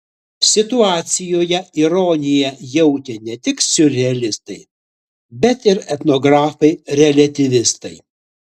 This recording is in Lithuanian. situacijoje ironiją jautė ne tik siurrealistai bet ir etnografai reliatyvistai